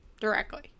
directly